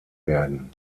werden